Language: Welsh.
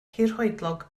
hirhoedlog